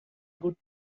good